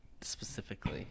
specifically